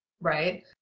right